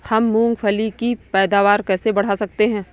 हम मूंगफली की पैदावार कैसे बढ़ा सकते हैं?